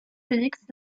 félix